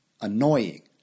annoying